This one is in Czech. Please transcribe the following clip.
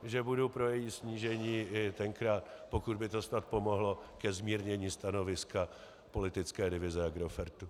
Že budu pro její snížení i tenkrát, pokud by to snad pomohlo ke zmírnění stanoviska politické divize Agrofertu.